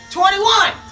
Twenty-one